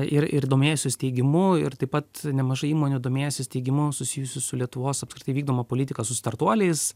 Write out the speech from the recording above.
ir ir domėjosi steigimu ir taip pat nemažai įmonių domėjosi steigimu susijusių su lietuvos apskritai vykdoma politika su startuoliais